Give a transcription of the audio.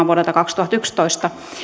vuodelta kaksituhattayksitoista